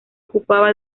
ocupaba